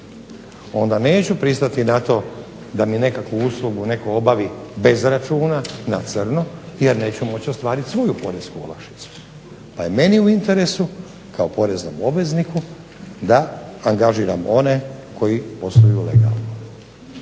onda neću pristati na to da mi nekakvu uslugu netko obavi bez računa na crno jer neću moći ostvariti svoju poresku olakšicu, pa je meni u interesu kao poreznom obvezniku da angažiram one koji posluju legalno.